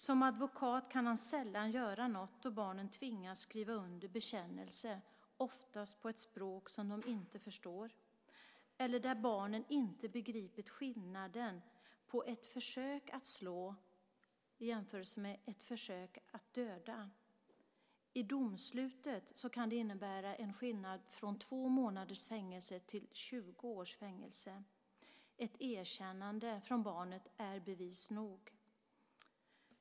Som advokat kan han sällan göra något då barnen tvingas skriva under bekännelser, oftast på ett språk som barnen inte förstår, eller där barnen inte begripit skillnaden mellan ett försök att slå och ett försök att döda. I domslutet kan det innebära en skillnad mellan två månaders fängelse och 20 års fängelse. Ett erkännande från barnet är bevis nog.